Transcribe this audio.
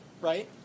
right